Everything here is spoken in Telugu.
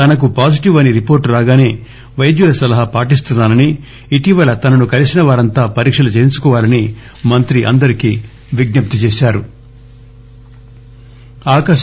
తనకు పాజిటీవ్ అని రిపోర్టు రాగానే వైద్యుల సలహా పాటిస్తున్నా నని ఇటీవల తనను కలిసిన వారంతా పరీక్షలు చేయించుకోవాలని మంత్రి అందరికి విజ్ఞప్తి చేశారు